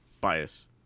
bias